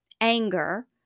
anger